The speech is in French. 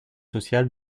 social